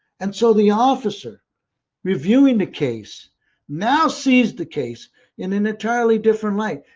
and so the officer reviewing the case now sees the case in an entirely different light.